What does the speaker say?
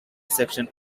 section